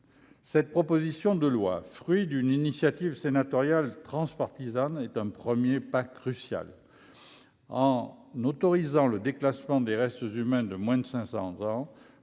Cette proposition de loi, fruit d'une initiative sénatoriale transpartisane, est un premier pas crucial. En visant à autoriser le déclassement des restes humains de moins de 500 ans